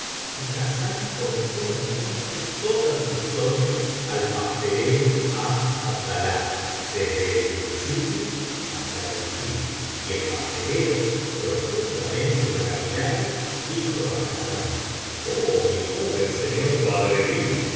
y hassán contó entonces toda su historia al pastelero hadj abdalá desde el principio hasta el fin y el pastelero profundamente maravillado dijo a hassán oh mi joven señor